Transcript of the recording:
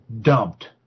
dumped